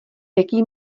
jaký